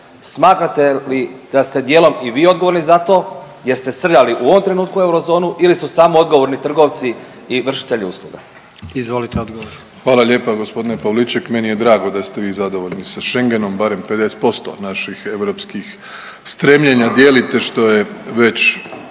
Smatrate li da ste dijelom i vi odgovorni za to jer ste srljali u ovom trenutku u eurozonu ili su samo odgovorni trgovci i vršitelji usluga? **Jandroković, Gordan (HDZ)** Izvolite odgovor. **Plenković, Andrej (HDZ)** Hvala lijepo g. Pavliček. Meni je drago da ste vi zadovoljni sa Schengenom, barem 50% naših europskih stremljenja dijelite, što je već